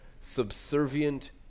subservient